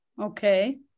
Okay